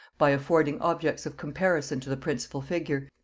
by affording objects of comparison to the principal figure,